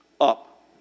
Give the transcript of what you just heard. up